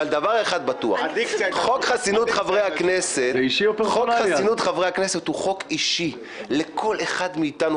אבל דבר אחד בטוח: חוק חסינות חברי הכנסת הוא חוק אישי לכל אחד מאיתנו,